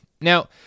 Now